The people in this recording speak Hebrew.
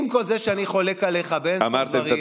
עם כל זה שאני חולק עליך באין-ספור דברים,